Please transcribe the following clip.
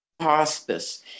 hospice